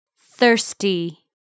Thirsty